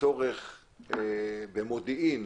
הצורך במודיעין